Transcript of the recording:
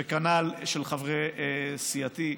וכנ"ל של חברי סיעתי,